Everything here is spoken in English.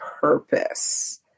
purpose